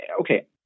okay